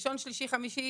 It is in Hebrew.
בראשון, שלישי וחמישי